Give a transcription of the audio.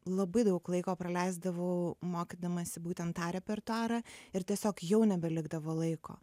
labai daug laiko praleisdavau mokydamasi būtent tą repertuarą ir tiesiog jau nebelikdavo laiko